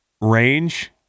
range